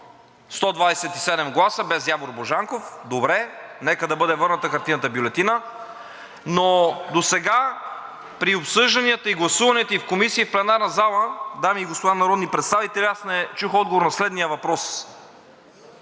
127 гласа, без Явор Божанков – добре, нека да бъде върната хартиената бюлетина. Но досега при обсъжданията и гласуванията – и в Комисията, и в пленарната зала, дами и господа народни представители, аз не чух отговор на следния въпрос.